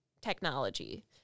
technology